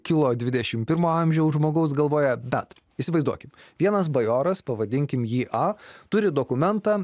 kilo dvidešim pirmo amžiaus žmogaus galvoje bet įsivaizduokit vienas bajoras pavadinkim jį a turi dokumentą